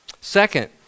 Second